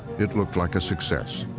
it looked like a success.